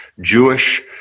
Jewish